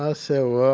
ah so